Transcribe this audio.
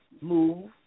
move